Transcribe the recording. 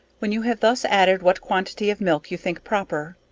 when you have thus added what quantity of milk you think proper,